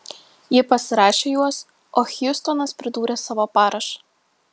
ji pasirašė juos o hjustonas pridūrė savo parašą